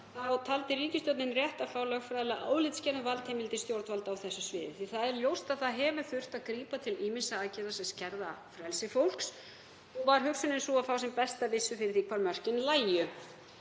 ár taldi ríkisstjórnin rétt að fá lögfræðilega álitsgerð um valdheimildir stjórnvalda á þessu sviði. Það er ljóst að það hefur þurft að grípa til ýmissa aðgerða sem skerða frelsi fólks og var hugsunin sú að fá sem besta vissu fyrir því hvar mörkin lægju.